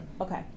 Okay